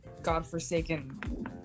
godforsaken